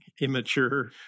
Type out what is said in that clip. immature